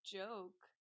joke